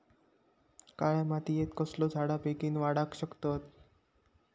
काळ्या मातयेत कसले झाडा बेगीन वाडाक शकतत?